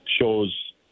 Shows